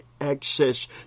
access